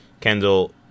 Kendall